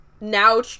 now